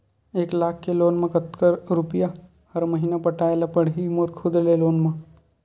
एक लाख के लोन मा कतका रुपिया हर महीना पटाय ला पढ़ही मोर खुद ले लोन मा?